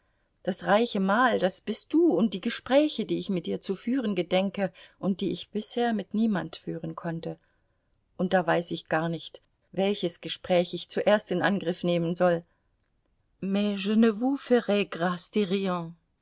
das reiche mahl das bist du und die gespräche die ich mit dir zu führen gedenke und die ich bisher mit niemand führen konnte und da weiß ich gar nicht welches gespräch ich zuerst in angriff nehmen soll